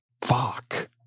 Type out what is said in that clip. Fuck